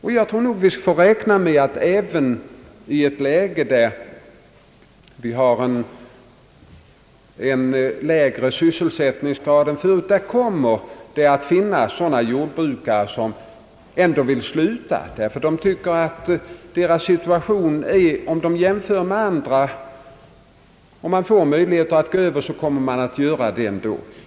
Vi får räkna med att även i ett läge med lägre sysselsättningsgrad än förut kommer att finnas sådana jordbrukare som vill sluta. De jämför sin situation med andras, och om de får möjlighet att gå över till annan verksamhet kommer de i vissa fall att göra det.